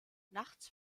nachts